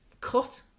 cut